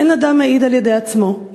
"אין אדם מעיד על-ידי עצמו",